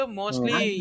mostly